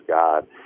God